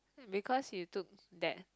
because you took that